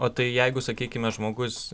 o tai jeigu sakykime žmogus